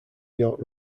york